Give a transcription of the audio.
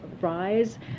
rise